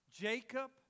Jacob